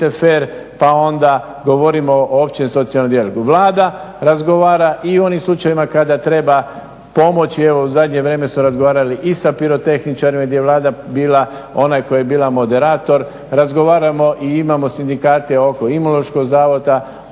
pa onda govorimo o općem socijalnom dijalogu. Vlada razgovara i o onim slučajevima kada treba pomoći. Evo u zadnje vrijeme smo razgovarali i sa pirotehničarima gdje je Vlada bila ona koja je bila moderator. Razgovaramo i imamo sindikate oko Imunološkog zavoda,